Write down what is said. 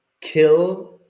kill